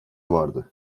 vardı